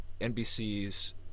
NBC's